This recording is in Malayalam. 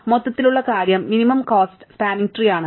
മൊത്തത്തിലുള്ള കാര്യം മിനിമം കോസ്റ്റ സ്പാനിങ് ട്രീ ആണ്